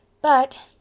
But—